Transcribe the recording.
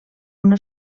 una